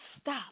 stop